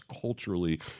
culturally